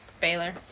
Baylor